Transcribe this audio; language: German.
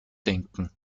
denken